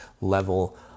level